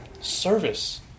Service